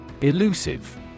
Elusive